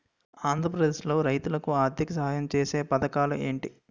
ఆంధ్రప్రదేశ్ లో రైతులు కి ఆర్థిక సాయం ఛేసే పథకాలు ఏంటి?